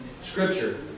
Scripture